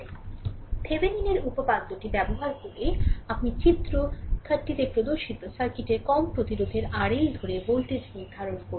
সুতরাং থেভেনিনের উপপাদ্যটি ব্যবহার করে আপনি চিত্র 30 তে প্রদর্শিত সার্কিটের কম প্রতিরোধের RL ধরে ভোল্টেজ নির্ধারণ করুন